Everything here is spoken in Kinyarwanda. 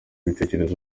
ibitekerezo